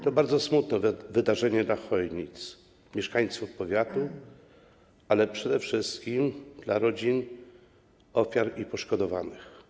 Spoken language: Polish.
To bardzo smutne wydarzenie dla Chojnic, mieszkańców powiatu, ale przede wszystkim dla rodzin ofiar i poszkodowanych.